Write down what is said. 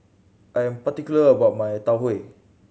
I am particular about my Tau Huay